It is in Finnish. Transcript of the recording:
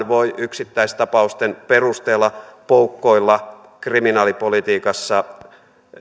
voi yksittäistapausten perusteella poukkoilla kriminaalipolitiikassa